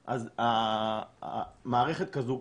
אז מערכת כזאת,